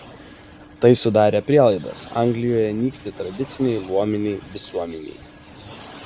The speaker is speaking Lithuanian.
tai sudarė prielaidas anglijoje nykti tradicinei luominei visuomenei